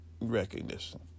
recognition